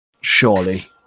Surely